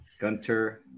Gunter